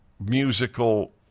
musical